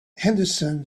henderson